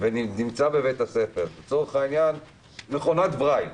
ונמצא בבית הספר הוא למשל מכונת ברייל,